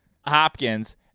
Hopkins